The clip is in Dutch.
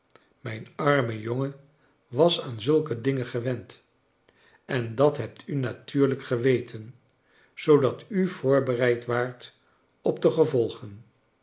n arme j ongen was aan zulke dingen gewend en dat hebt u naiuurlijk geweten zoodat u voorbereid waart op de gevolgen